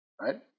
right